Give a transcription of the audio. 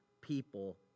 people